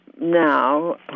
now